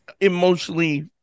emotionally